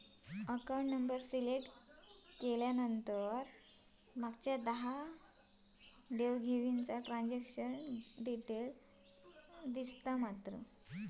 account number select केल्यावर मागच्या दहा देव घेवीचा ट्रांजॅक्शन डिटेल दिसतले